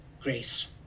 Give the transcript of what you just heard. Grace